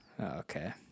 Okay